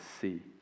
see